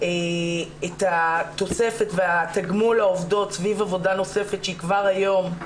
את התוספת והתגמול לעובדות סביב עבודה נוספת שכבר היום היא